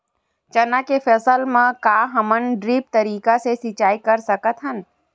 चना के फसल म का हमन ड्रिप तरीका ले सिचाई कर सकत हन?